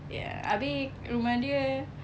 ya abeh rumah dia